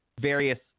various